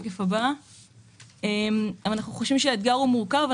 אנחנו חושבים שהאתגר מורכב.